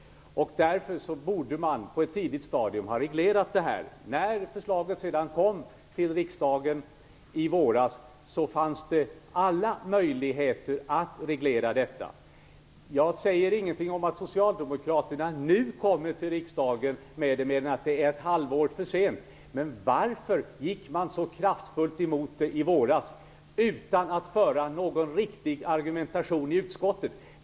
Därför borde man på ett tidigt stadium ha reglerat underskotten. När förslaget kom till riksdagen i våras fanns det alla möjligheter att reglera underskotten. Jag säger ingenting om att Socialdemokraterna nu kommer till riksdagen med ett förslag - inte mer än att det är ett halvår för sent. Men varför gick man så kraftfullt emot förslaget i våras utan att föra någon riktig argumentation i utskottet?